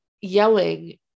yelling